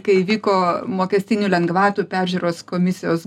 kai įvyko mokestinių lengvatų peržiūros komisijos